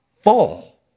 fall